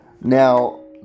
Now